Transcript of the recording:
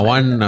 One